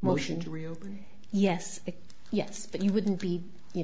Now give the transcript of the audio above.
motion to reopen yes yes but you wouldn't be you